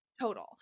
total